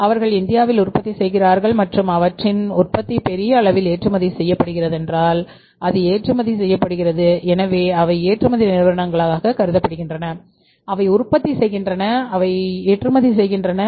அவர்கள் இந்தியாவில் உற்பத்தி செய்கிறார்கள் மற்றும் அவற்றின் உற்பத்தி பெரிய அளவில் ஏற்றுமதி செய்யப்படுகிறதென்றால் அது ஏற்றுமதி செய்யப்படுகிறது எனவே அவை ஏற்றுமதி நிறுவனங்களாகக் கருதப்படுகின்றன அவை உற்பத்தி செய்கின்றன அவை ஏற்றுமதி செய்கின்றன